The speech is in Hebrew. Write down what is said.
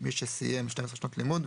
שסיים 12 שנות לימוד,